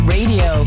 Radio